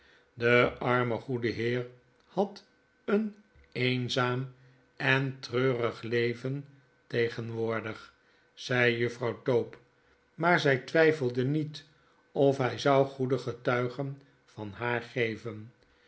de arme goede heer had een eenzaam en treurig leven tegenwoordig zei juffrouw tope maar zij twijfelde niet of hij zou goede getuigen van haar geven